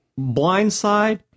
blindside